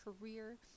career